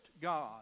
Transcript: God